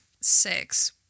six